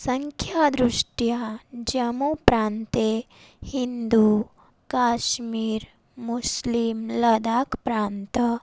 संख्यादृष्ट्या जमु प्रान्ते हिन्दु काश्मीर् मुस्लिम् लदाक् प्रान्त